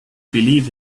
believe